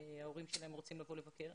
שההורים שלהן רוצים לבוא לבקר.